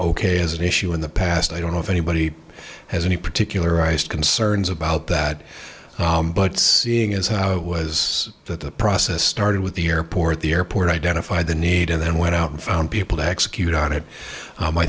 ok as an issue in the past i don't know if anybody has any particular concerns about that but seeing as how it was that the process started with the airport the airport identified the need and then went out and found people to execute on it